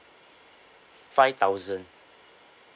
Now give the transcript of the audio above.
five thousand